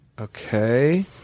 Okay